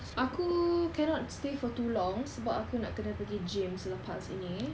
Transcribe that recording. aku cannot stay for too long sebab aku nak kena pergi gym selepas ini